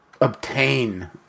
obtain